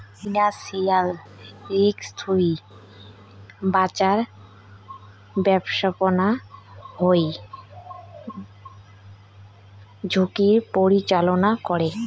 financial risk থুই বাঁচার ব্যাপস্থাপনা হই ঝুঁকির পরিচালনা করে